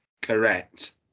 Correct